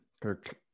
Kirk